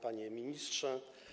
Panie Ministrze!